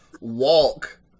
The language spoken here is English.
walk